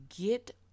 get